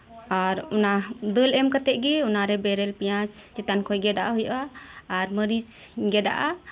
ᱟᱨ ᱫᱟᱹᱞ ᱮᱢ ᱠᱟᱛᱮᱫ ᱜᱮ ᱚᱱᱟ ᱨᱮ ᱵᱮᱨᱮᱞ ᱯᱮᱸᱭᱟᱡ ᱪᱮᱛᱟᱱ ᱠᱷᱚᱱ ᱜᱮᱫᱟᱜ ᱦᱩᱭᱩᱜᱼᱟ ᱟᱨ ᱢᱟᱨᱤᱪ ᱜᱮᱫᱟᱜᱼᱟ